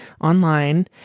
online